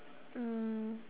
mm